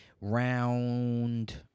round